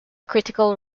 critical